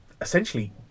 essentially